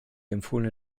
empfohlene